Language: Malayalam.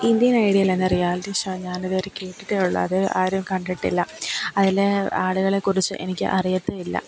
ഇന്ത്യൻ ഐഡിയെൽ എന്ന റിയാലിറ്റി ഷോ ഞാൻ ഇതുവരെ കേട്ടിട്ടേ ഉള്ളൂ അത് ആരും കണ്ടിട്ടില്ല അതിൽ ആളുകളെ കുറിച്ച് എനിക്ക് അറിയത്തും ഇല്ല